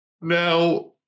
Now